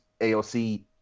AOC